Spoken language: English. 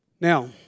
Now